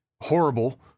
horrible